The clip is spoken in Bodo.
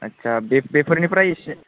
आदसा बेफोरनिफ्राय एसे